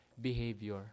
behavior